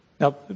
Now